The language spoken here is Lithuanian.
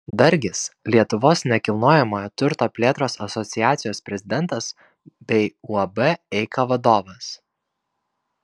dargis lietuvos nekilnojamojo turto plėtros asociacijos prezidentas bei uab eika vadovas